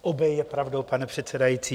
Obé je pravdou, pane předsedající.